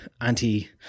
anti